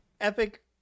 epic